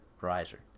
riser